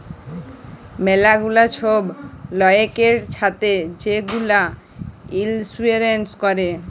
ম্যালা গুলা ছব লয়কের ছাথে যে গুলা ইলসুরেল্স ক্যরে